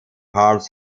parts